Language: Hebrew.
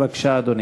בבקשה, אדוני.